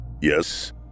Yes